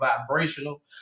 vibrational